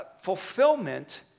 fulfillment